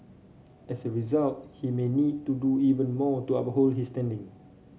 as a result he may need to do even more to uphold his standing